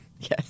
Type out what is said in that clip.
Yes